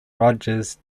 rogers